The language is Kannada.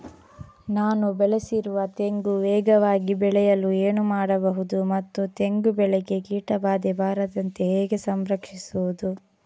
ನಾನು ಬೆಳೆಸಿರುವ ತೆಂಗು ವೇಗವಾಗಿ ಬೆಳೆಯಲು ಏನು ಮಾಡಬಹುದು ಮತ್ತು ತೆಂಗು ಬೆಳೆಗೆ ಕೀಟಬಾಧೆ ಬಾರದಂತೆ ಹೇಗೆ ಸಂರಕ್ಷಿಸುವುದು?